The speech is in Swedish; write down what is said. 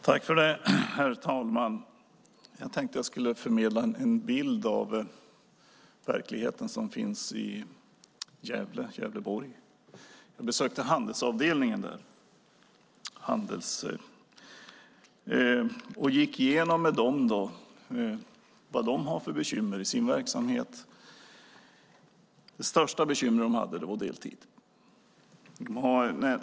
Herr talman! Jag tänkte att jag skulle förmedla en bild av den verklighet som finns i Gävleborg. Jag besökte Handels avdelning där och gick med dem igenom vilka bekymmer de har i sin verksamhet. Det största bekymmer de hade var deltid.